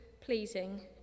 pleasing